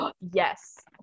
Yes